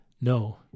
No